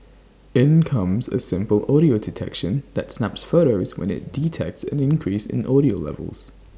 in comes A simple audio detection that snaps photos when IT detects an increase in audio levels